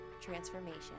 transformation